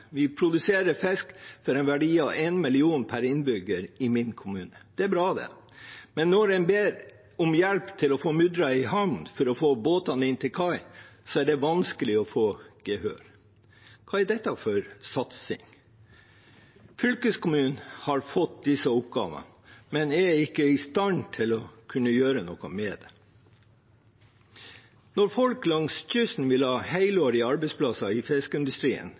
vi produserer fisk for en verdi av 1 mill. kr per innbygger i min kommune. Det er bra, men når man ber om hjelp til å få mudret en havn for å få båtene inn til kai, er det vanskelig å få gehør. Hva er det for satsing? Fylkeskommunen har fått disse oppgavene, men er ikke i stand til å gjøre noe med det. Folk langs kysten vil ha helårige arbeidsplasser i fiskeindustrien,